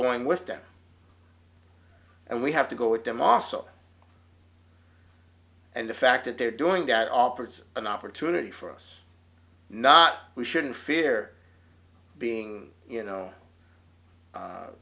going with them and we have to go with them also and the fact that they're doing that all parts an opportunity for us not we shouldn't fear being you know